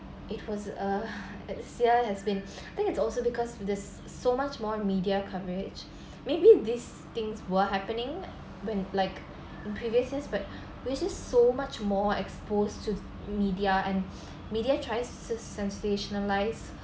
it was a sia has been think it's also because there's so much more media coverage maybe these things were happening when like in previous years but which is so much more exposed to media and media choices sensationalize